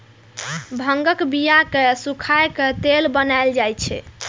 भांगक बिया कें सुखाए के तेल बनाएल जाइ छै